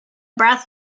breath